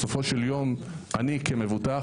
בסופו של יום אני כמבוטח,